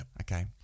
okay